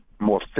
more